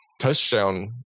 touchdown